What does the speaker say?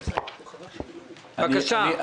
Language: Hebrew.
בבקשה.